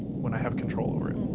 when i have control over it.